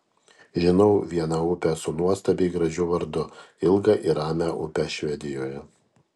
žinau vieną upę su nuostabiai gražiu vardu ilgą ir ramią upę švedijoje